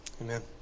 amen